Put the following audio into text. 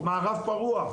מערב פרוע,